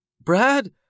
Brad